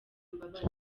mbabazi